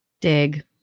Dig